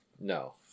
No